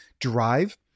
drive